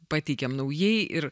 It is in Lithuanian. pateikiam naujai ir